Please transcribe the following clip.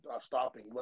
stopping